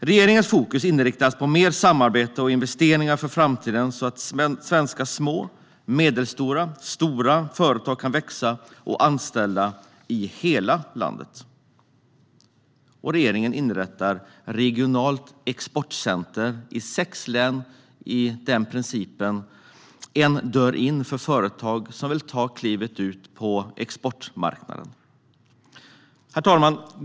Regeringens fokus inriktas på mer samarbete och investeringar för framtiden så att svenska små, medelstora och stora företag kan växa och anställa i hela landet. Regeringen inrättar regionala exportcenter i sex län enligt principen "En dörr in" för företag som vill ta klivet ut på exportmarknaden. Herr talman!